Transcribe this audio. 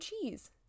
cheese